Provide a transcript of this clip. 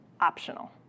optional